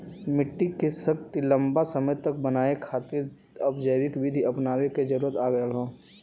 मट्टी के शक्ति लंबा समय तक बनाये खातिर अब जैविक विधि अपनावे क जरुरत आ गयल हौ